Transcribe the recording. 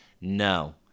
No